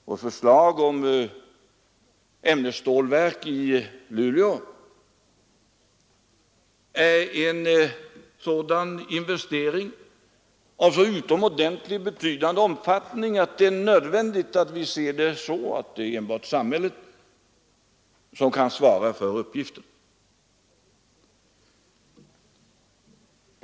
Vårt förslag om ämnesstålverk i Luleå innebär en sådan investering — av så utomordentligt stor omfattning att vi ser det så, att enbart samhället kan svara för uppgiften.